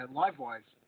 live-wise